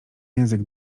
język